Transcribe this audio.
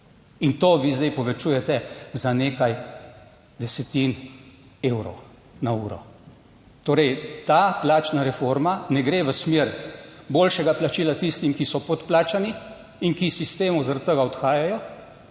In to vi zdaj povečujete za nekaj desetin evrov na uro. Torej ta plačna reforma ne gre v smer boljšega plačila tistim, ki so podplačani in ki iz sistemov zaradi tega odhajajo.